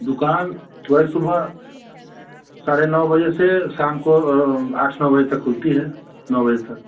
दुकान वही सुबह साढ़े नौ बजे से शाम को आठ नौ बजे तक खुलती है नौ बजे तक